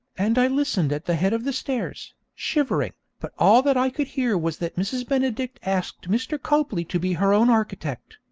and i listened at the head of the stairs, shivering, but all that i could hear was that mrs. benedict asked mr. copley to be her own architect.